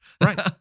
Right